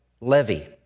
levy